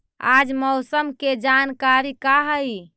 आज मौसम के जानकारी का हई?